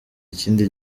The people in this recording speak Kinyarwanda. ikindi